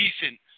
decent